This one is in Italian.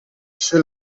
suoi